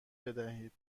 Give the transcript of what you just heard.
بدهید